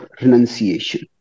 renunciation